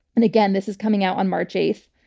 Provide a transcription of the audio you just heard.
and again, this is coming out on march eighth.